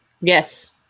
Yes